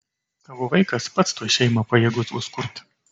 tavo vaikas pats tuoj šeimą pajėgus bus kurti